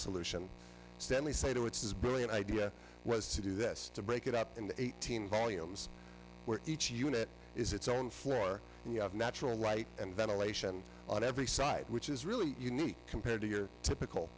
solution stanley said oh it's brilliant idea was to do this to break it up in the eighteen volumes where each unit is its own floor and you have natural right and ventilation on every side which is really unique compared to your typical